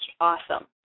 awesome